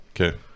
Okay